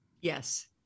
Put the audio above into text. Yes